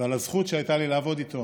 ועל הזכות שהייתה לי לעבוד איתו.